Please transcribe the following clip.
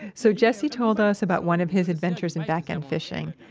so jessie told us about one of his adventures and backend fishing,